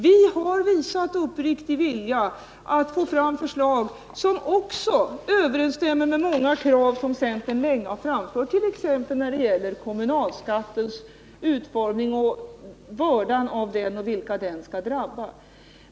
Vi har visat uppriktig vilja att få fram förslag, som överensstämmer med många krav som centern länge har framfört, t.ex. när det gäller kommunalskattens utformning och vilka den bördan skall drabba.